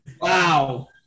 Wow